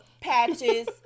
patches